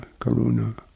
karuna